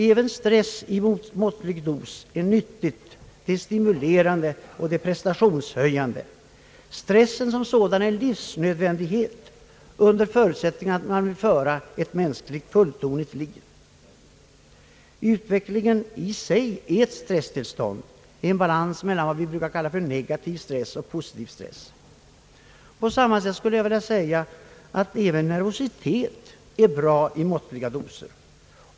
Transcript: Även stress i måttlig dos är nyttigt, stimulerande och prestationshöjande. Stressen som sådan är en livsnödvändighet under förutsättning att man vill föra ett fulltonigt liv. Utvecklingen i sig är ett stresstillstånd — en balans mellan s.k. negativ stress och positiv stress. På samma sätt kan sägas att även nervositet är bra i måttliga doser.